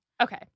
Okay